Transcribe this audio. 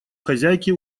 хозяйки